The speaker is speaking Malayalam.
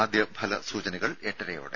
ആദ്യ ഫലസൂചനകൾ എട്ടരയോടെ